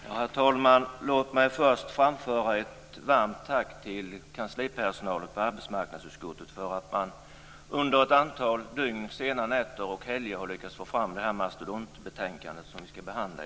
Herr talman! Först vill jag framföra ett varmt tack till arbetsmarknadsutskottets kanslipersonal som under ett antal dygn - under sena nätter och under helger - lyckats arbeta fram det mastodontbetänkande som vi i dag har att behandla.